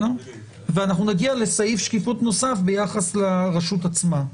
נגיע לסעיף שקיפות נוסף ביחס לרשות עצמה.